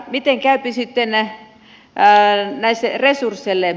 miten käypi sitten näille resursseille